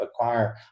acquire